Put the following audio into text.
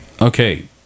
okay